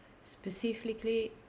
specifically